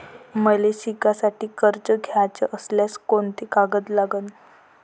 मले शिकासाठी कर्ज घ्याचं असल्यास कोंते कागद लागन?